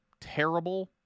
terrible